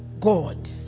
God